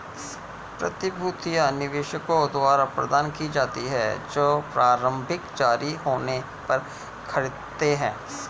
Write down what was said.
प्रतिभूतियां निवेशकों द्वारा प्रदान की जाती हैं जो प्रारंभिक जारी होने पर खरीदते हैं